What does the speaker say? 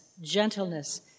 gentleness